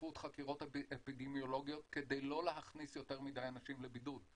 בדחיפות חקירות אפידמיולוגיות כדי לא להכניס יותר מדי אנשים לבידוד: